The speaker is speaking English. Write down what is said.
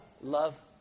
love